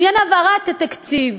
לעניין העברת התקציב,